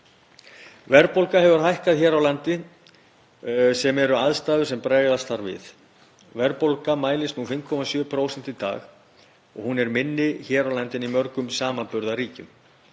Verðbólga hefur hækkað hér á landi sem eru aðstæður sem bregðast þarf við. Verðbólga mælist 5,7% í dag. Hún er minni hér á landi en í mörgum samanburðarríkjum.